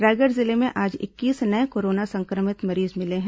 रायगढ़ जिले में आज इक्कीस नये कोरोना संक्रमित मरीज मिले हैं